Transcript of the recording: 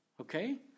Okay